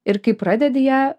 ir kai pradedi ją